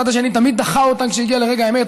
הצד השני תמיד דחה אותן כשהגיע לרגע האמת,